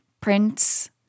prints